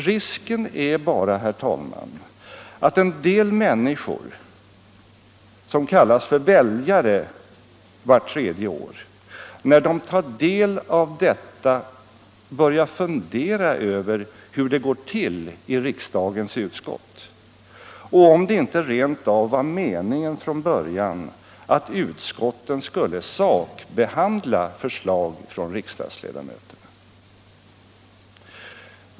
Risken är bara, herr talman, att en del människor — som kallas väljare vart tredje år — när de tar del av detta börjar fundera över hur det går till i riksdagens utskott och om det inte rent av var meningen från början att utskotten skulle sakbehandla förslag från riksdagsledamöterna.